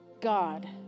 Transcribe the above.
God